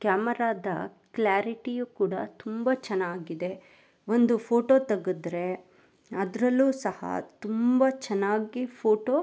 ಕ್ಯಾಮೆರಾದ ಕ್ಲಾರಿಟಿಯು ಕೂಡ ತುಂಬ ಚೆನ್ನಾಗಿದೆ ಒಂದು ಫೋಟೋ ತೆಗೆದ್ರೆ ಅದರಲ್ಲೂ ಸಹ ತುಂಬ ಚೆನ್ನಾಗಿ ಫೋಟೋ